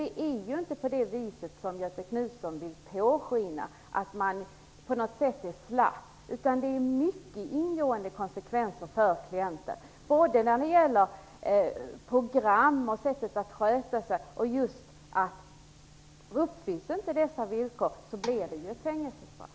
Det är alltså inte så som Göthe Knutson vill påskina, att man på något sätt är slapp. Det här får mycket långtgående konsekvenser för klienten genom olika program och när det gäller sättet att sköta sig. Dessutom är det så att om inte dessa villkor uppfylls blir det fängelsestraff.